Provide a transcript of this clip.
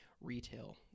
retail